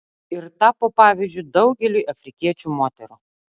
ir tapo pavyzdžiu daugeliui afrikiečių moterų